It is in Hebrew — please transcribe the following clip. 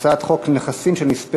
ההצעה להעביר את הצעת חוק נכסים של נספי